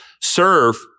serve